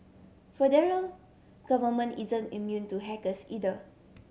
federal government isn't immune to hackers either